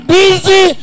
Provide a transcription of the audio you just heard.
busy